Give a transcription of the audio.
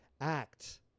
act